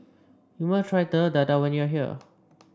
you must try Telur Dadah when you are here